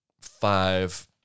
five